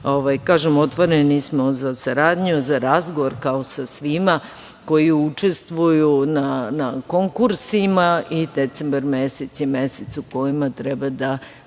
otvoreni smo za saradnju, za razgovor, kao sa svima koji učestvuju na konkursima. Decembar mesec je mesec u kojem treba da